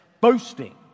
boasting